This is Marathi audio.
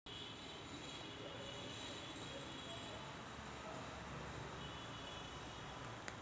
कातणारे खेचर हे कापूस आणि तंतू कातण्यासाठी वापरले जाणारे यंत्र आहे